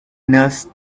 nurse